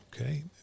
Okay